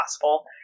possible